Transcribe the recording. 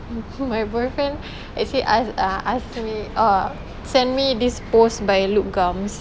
my boyfriend actually ask uh ask me uh send me this post by Loop Garms